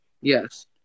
Yes